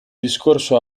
discorso